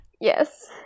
Yes